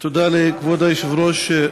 תודה לכבוד היושב-ראש,